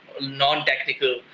non-technical